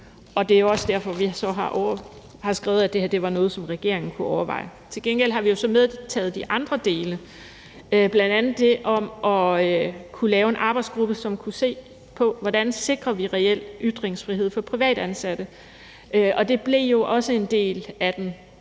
og det er jo så også derfor, at vi har skrevet, at det her var noget, som regeringen kunne overveje. Til gengæld har vi jo så medtaget de andre dele, bl.a. det om at kunne lave en arbejdsgruppe, som kunne se på, hvordan vi reelt sikrer ytringsfrihed for privatansatte, og det blev jo også en del af den